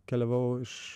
keliavau iš